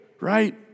right